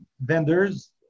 vendors